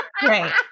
great